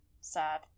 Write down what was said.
sad